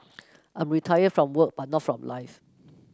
I'm retired from work but not from life